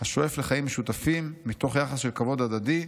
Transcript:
השואף לחיים משותפים מתוך יחס של כבוד הדדי,